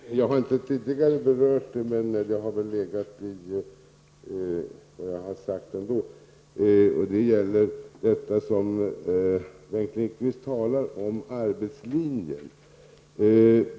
Herr talman! En sak som jag tidigare inte har berört men som ändå har legat i vad jag har sagt är detta som Bengt Lindqvist talade om, nämligen arbetslinjen.